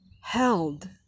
held